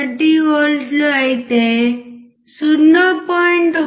1V అయితే 0